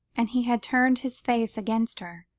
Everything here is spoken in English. and he had turned his face against her,